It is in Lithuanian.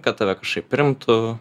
kad tave kašaip primtų